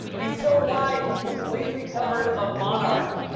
he's so wide, he completely covered a monarch.